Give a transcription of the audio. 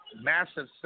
Massive